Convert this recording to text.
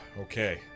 Okay